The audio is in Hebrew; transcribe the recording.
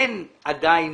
אין עדיין